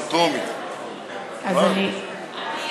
אז אני,